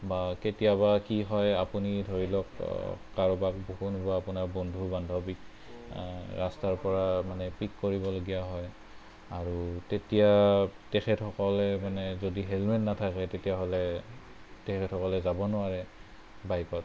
বা কেতিয়াবা কি হয় আপুনি ধৰি লওক কাৰোবাক আপোনাৰ বন্ধু বান্ধৱীক ৰাস্তাৰ পৰা মানে পিক কৰিবলগীয়া হয় আৰু তেতিয়া তেখেতসকলে মানে যদি হেলমেট নাথাকে তেতিয়া হ'লে তেখেতসকলে যাব নোৱাৰে বাইকত